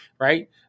right